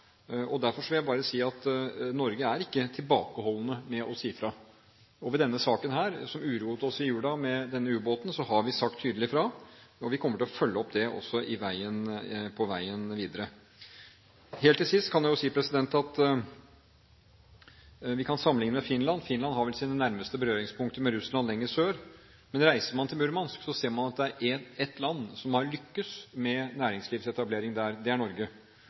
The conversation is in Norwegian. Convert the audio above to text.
si fra. Om saken med denne ubåten, som uroet oss i julen, har vi sagt tydelig fra, og vi kommer til å følge opp det også på veien videre. Helt til sist: Vi kan sammenligne med Finland: Finland har vel sine nærmeste berøringspunkter med Russland lenger sør, men reiser man til Murmansk, ser man at det er ett land som har lyktes med næringslivsetablering der, og det er Norge.